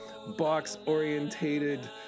box-orientated